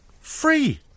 Free